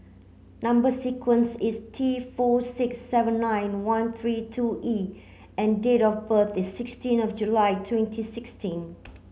number sequence is T four six seven nine one three two E and date of birth is sixteen of July twenty sixteen